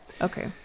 okay